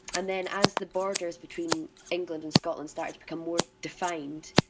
and then as the borders between england and scotland start to become more defined,